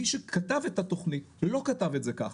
מי שכתב את התוכנית לא כתב את זה ככה.